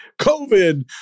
COVID